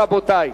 רבותי.